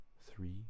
three